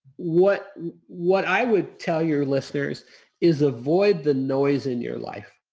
what what i would tell your listeners is avoid the noise in your life.